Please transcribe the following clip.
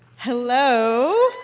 hello.